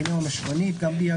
גינאה המשוואנית; גמביה,